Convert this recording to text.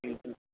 ठीक है